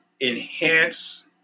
enhance